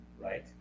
right